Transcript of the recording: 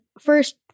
first –